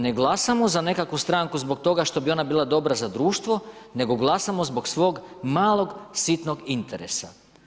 Ne glasamo za nekakvu stranku zbog toga što bi ona bila dobra za društvo, nego glasamo zbog svog malog, sitnog interesa.